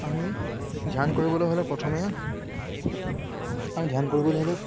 আমি ধ্যান কৰিবলৈ হ'লে প্ৰথমে আমি ধ্যান কৰিবলৈ হ'লে